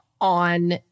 on